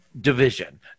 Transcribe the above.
division